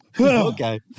Okay